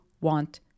want